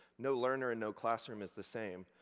no learner and no classroom is the same,